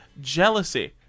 Jealousy